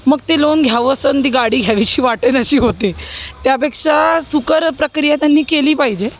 मग ते लोन घ्यावं असं आणि ती गाडी घ्यावी अशी वाटेनाशी होते त्यापेक्षा सुकर प्रक्रिया त्यांनी केली पाहिजे